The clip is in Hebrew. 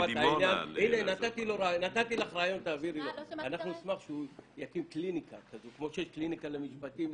אנחנו נשמח שהוא יקים קליניקה כזו שיש קליניקה למשפטים,